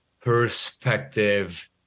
perspective